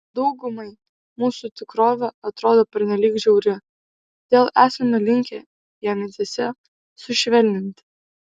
daugumai mūsų tikrovė atrodo pernelyg žiauri todėl esame linkę ją mintyse sušvelninti